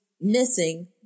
missing